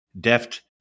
deft